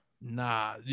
Nah